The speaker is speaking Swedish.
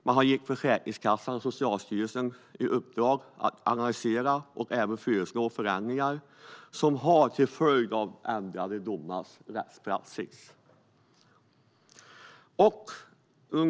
Man har gett Försäkringskassan och Socialstyrelsen i uppdrag att analysera och även föreslå förändringar till följd av ändrad rättspraxis.